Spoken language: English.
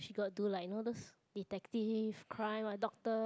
she got to like you know those detective crime doctor